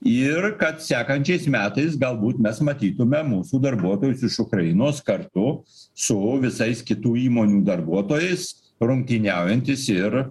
ir kad sekančiais metais galbūt mes matytume mūsų darbuotojus iš ukrainos kartu su visais kitų įmonių darbuotojais rungtyniaujantys ir